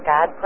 God